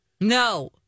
No